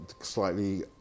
slightly